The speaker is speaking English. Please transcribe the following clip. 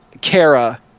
Kara